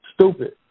Stupid